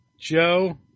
Joe